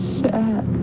sad